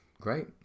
Great